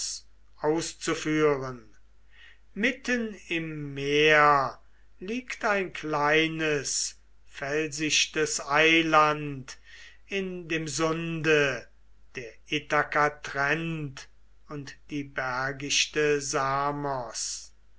auszuführen mitten im meere liegt ein kleines felsichtes eiland in dem sunde der ithaka trennt und die bergichte samos